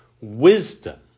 wisdom